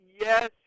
Yes